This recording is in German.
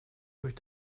durch